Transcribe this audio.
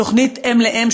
תוכנית "אם לאם",